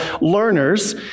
learners